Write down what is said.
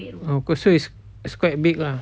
oh cause so it's quite big lah